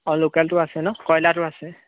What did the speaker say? অঁ লোকেলটো আছে ন কয়লাৰটো আছে